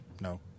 No